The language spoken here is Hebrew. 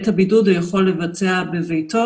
את הבידוד הוא יכול לבצע בביתו,